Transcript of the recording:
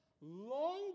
long